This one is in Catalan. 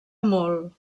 molt